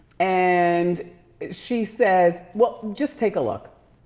and she says, well just take a look.